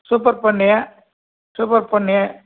super Ponni super Ponni